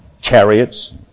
chariots